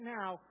now